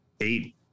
eight